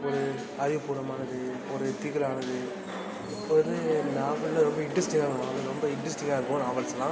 ஒரு ஆய்வுபூர்வமானது ஒரு திகிலானது ஒரு நாவல்லே ரொம்ப இண்ட்ரெஸ்ட்டிங்கான நாவல் ரொம்ப இண்ட்ரெஸ்ட்டிங்காக இருக்கும் நாவல்ஸ்லாம்